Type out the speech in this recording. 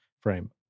frame